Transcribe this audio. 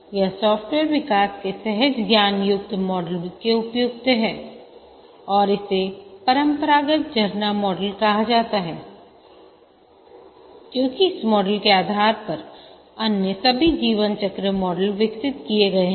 यह सॉफ्टवेयर विकास के सहज ज्ञान युक्त मॉडल के उपयुक्त है और इसे परंपरागत झरना मॉडल कहा जाता है क्योंकि इस मॉडल के आधार पर अन्य सभी जीवन चक्र मॉडल विकसित किए गए हैं